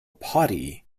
potty